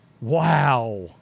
Wow